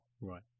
Right